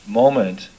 moment